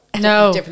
No